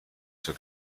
zur